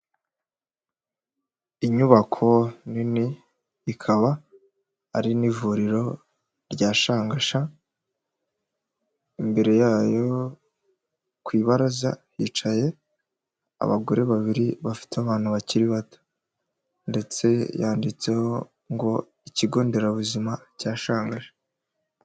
Inyubako nini ikaba ari n'ivuriro rya Shangasha, imbere yayo ku ibaraza hicaye abagore babiri bafite abana bakiri bato, ndetse yanditseho ngo ikigo nderabuzima cya Shangasha.